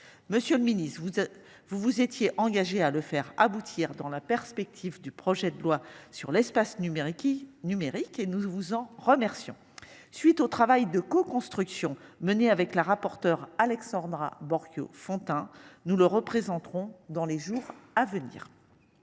Monsieur le Ministre, vous, vous vous étiez engagé à le faire aboutir dans la perspective du projet de loi sur l'espace numérique qui numérique et nous vous en remercions. Suite au travail de coconstruction menée avec la rapporteure Alexandra Borchio-Fontimp nous le représenterons dans les jours à venir.